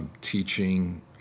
teaching